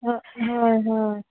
हय हय